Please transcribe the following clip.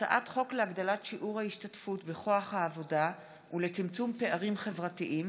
הצעת חוק להגדלת שיעור ההשתתפות בכוח העבודה ולצמצום פערים חברתיים